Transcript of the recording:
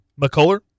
McCuller